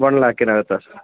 one ലാക്കിനകത്ത്